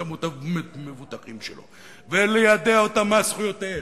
המבוטחים שלו וליידע אותם מה זכויותיהם,